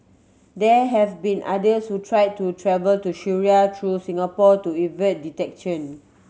there have been others who tried to travel to Syria through Singapore to evade detection